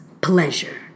pleasure